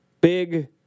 Big